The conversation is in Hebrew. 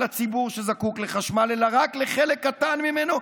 הציבור שזקוק לחשמל אלא רק לחלק קטן ממנו,